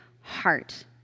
heart